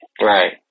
right